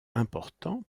important